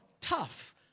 tough